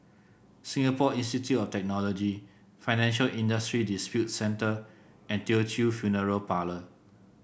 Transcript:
Singapore Institute of Technology Financial Industry Disputes Center and Teochew Funeral Parlour